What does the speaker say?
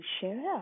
share